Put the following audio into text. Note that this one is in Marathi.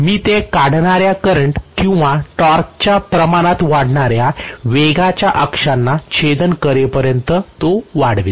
मी ते काढणाऱ्या करंट किंवा टॉर्कच्या प्रमाणात वाढणाऱ्या वेगाच्या अक्षांना छेदन करेपर्यंत तो वाढविते